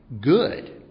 good